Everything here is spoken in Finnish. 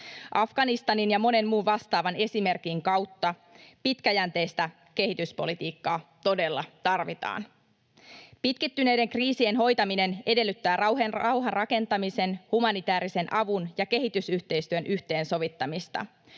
Afganistanin ja monen muun vastaavan esimerkin vuoksi pitkäjänteistä kehityspolitiikkaa todella tarvitaan. Pitkittyneiden kriisien hoitaminen edellyttää rauhanrakentamisen, humanitäärisen avun ja kehitysyhteistyön yhteensovittamista.